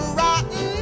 rotten